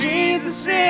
Jesus